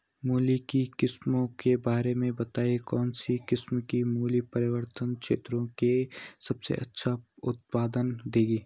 मूली की किस्मों के बारे में बताइये कौन सी किस्म की मूली पर्वतीय क्षेत्रों में सबसे अच्छा उत्पादन देंगी?